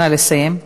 נא לסיים.